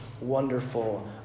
wonderful